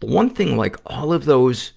but one thing, like all of those